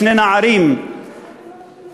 שני נערים צעירים,